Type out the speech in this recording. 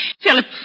Philip